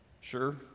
sure